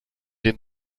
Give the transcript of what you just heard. den